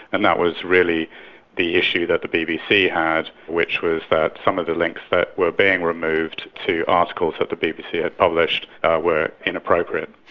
and that was really the issue that the bbc had, which was that some of the links that were being removed to articles that the bbc had published were inappropriate.